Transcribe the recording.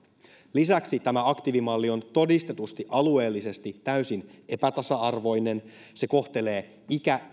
lisäksi tämä aktiivimalli on todistetusti alueellisesti täysin epätasa arvoinen se kohtelee